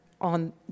on